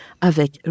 avec